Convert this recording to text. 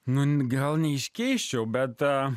nun gal neiškeisčiau bet tą